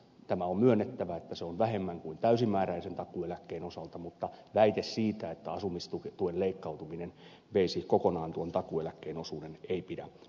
tämä on myönnettävä että se on vähemmän kuin täysimääräisen takuueläkkeen osalta mutta väite siitä että asumistuen leikkautuminen veisi kokonaan tuon takuueläkkeen osuuden ei pidä paikkaansa